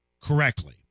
correctly